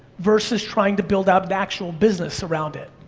versus trying to build up the actual business around it.